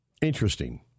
Interesting